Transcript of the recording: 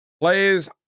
Players